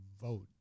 vote